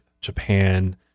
Japan